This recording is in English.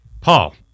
Paul